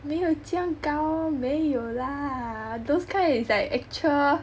没有这样高没有 lah those kind it's like actual